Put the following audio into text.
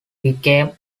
became